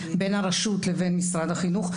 בין הרשות לבין משרד החינוך,